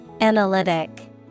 Analytic